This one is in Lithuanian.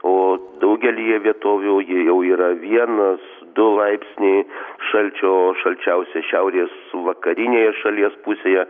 o daugelyje vietovių jie jau yra vienas du laipsniai šalčio šalčiausia šiaurės vakarinėje šalies pusėje